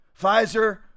pfizer